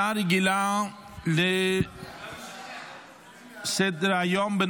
הנושא הבא על סדר-היום הצעה רגילה לסדר-היום בנושא: